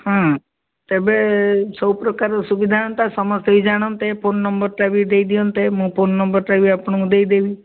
ହଁ ତେବେ ସବୁପ୍ରକାରର ସୁବିଧା ହୁଅନ୍ତା ସମସ୍ତେ ବି ଜାଣନ୍ତେ ଫୋନ୍ ନମ୍ବର୍ଟା ବି ଦେଇଦିଅନ୍ତେ ମୁଁ ଫୋନ୍ ନମ୍ବର୍ଟା ବି ଆପଣଙ୍କୁ ଦେଇଦେବି